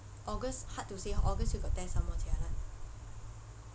august hard to say august you got test some more jialat